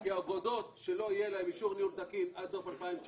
כי אגודות שלא יהיה להן אישור ניהול תקין עד סוף 2019